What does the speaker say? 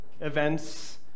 events